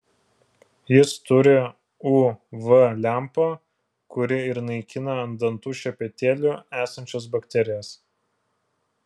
jis turi uv lempą kuri ir naikina ant dantų šepetėlių esančias bakterijas